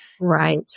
Right